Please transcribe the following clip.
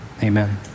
amen